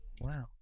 Wow